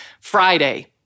Friday